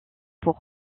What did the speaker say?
pour